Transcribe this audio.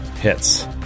hits